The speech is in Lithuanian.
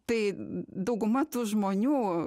tai dauguma tų žmonių